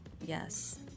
Yes